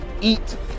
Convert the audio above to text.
eat